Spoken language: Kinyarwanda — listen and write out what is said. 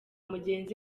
mugenzi